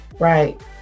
Right